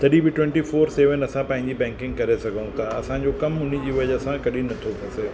तॾहिं बि twenty four seven असां पंहिंजी बैंकिंग करे सघूं था असांजो कमु हुनजी वजह सां कॾहिं नथो फसे